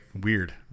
weird